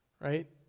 Right